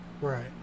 Right